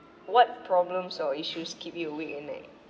what problems or issues keep you awake at night